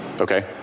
Okay